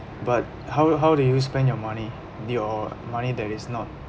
but how how did you spend your money your money that is not